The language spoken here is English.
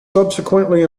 subsequently